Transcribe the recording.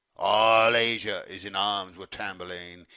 all asia is in arms with tamburlaine,